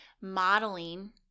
modeling